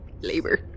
labor